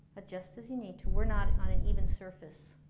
but just as you need to, we're not on an even surface.